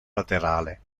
laterale